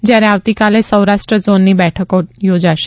જ્યારે આવતીકાલે સૌરાષ્ટ્ર ઝોન ની બેઠકો યોજાશે